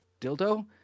dildo